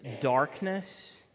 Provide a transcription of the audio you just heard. darkness